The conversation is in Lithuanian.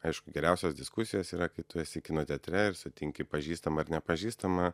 aišku geriausios diskusijos yra kai tu esi kino teatre ir sutinki pažįstamą ar nepažįstamą